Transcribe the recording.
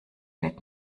wird